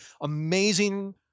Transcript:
amazing